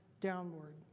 downward